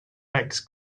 legs